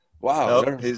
Wow